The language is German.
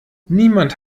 niemand